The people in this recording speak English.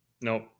Nope